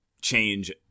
change